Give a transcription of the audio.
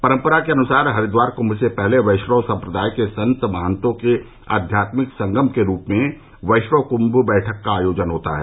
परम्परा के अनुसार हरिद्वार कुम्म से पहले वैष्णव सम्प्रदाय के संत महन्तों के आध्यात्मिक संगम के रूप में वैष्णव कुम्म बैठक का आयोजन होता है